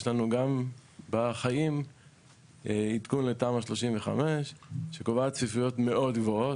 יש לנו גם בחיים עדכון לתמ"א 35 שקובעת צפיפויות מאוד גבוהות.